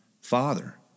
father